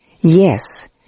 Yes